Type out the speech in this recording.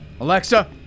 Alexa